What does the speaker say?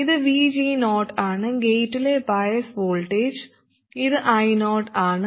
ഇത് VG0 ആണ് ഗേറ്റിലെ ബയസ് വോൾട്ടേജ് ഇത് I0 ആണ്